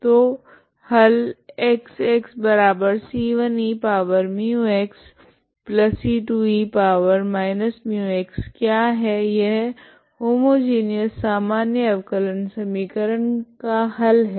तो हल Xc1 eμxc2 e−μx क्या है यह होमोजिनिअस सामान्य अवकलन समीकरण का हल है